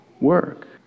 work